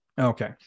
Okay